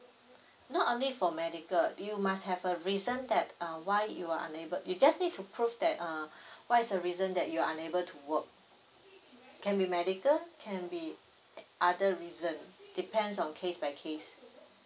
not only for medical you must have a reason that uh why you are unable you just need to prove that uh what is a reason that you're unable to work can be medical can be other reason depends on case by case